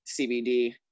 CBD